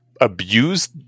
abuse